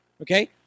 Okay